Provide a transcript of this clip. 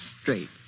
straight